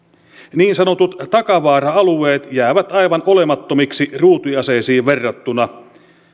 niin sanotut takavaara alueet jäävät aivan olemattomiksi ruutiaseisiin verrattuna